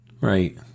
Right